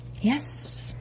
yes